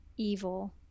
Evil